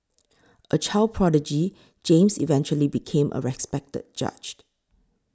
a child prodigy James eventually became a respected judge